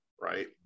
right